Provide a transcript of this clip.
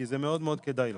כי זה מאוד מאוד כדאי לו,